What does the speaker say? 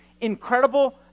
incredible